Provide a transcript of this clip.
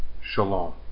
Shalom